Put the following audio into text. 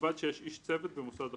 ובלבד שיש איש צוות במוסד החינוך,